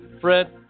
Fred